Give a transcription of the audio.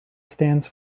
stands